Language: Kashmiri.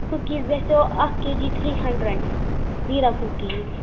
کُکیٖز گَژھیو اکھ کے جی تھری ہنٛڈرنٛڈ زیٖرا کُکیٖز